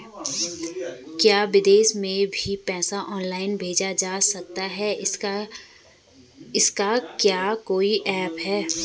क्या विदेश में भी पैसा ऑनलाइन भेजा जा सकता है इसका क्या कोई ऐप है?